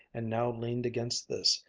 and now leaned against this,